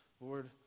Lord